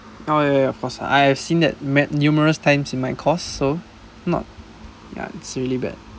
oh ya ya ya of course I've seen that met numerous times in my course so not ya it's really bad